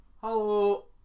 Hello